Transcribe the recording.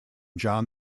john